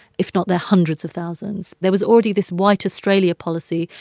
if not their hundreds of thousands. there was already this white australia policy,